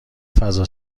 فضا